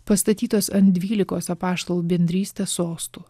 pastatytos ant dvylikos apaštalų bendrystės sostų